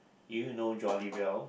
you know jolly well